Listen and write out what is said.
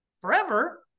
forever